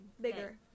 Bigger